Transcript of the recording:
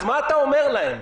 אז מה אתה אומר להם?